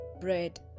bread